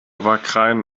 wagrain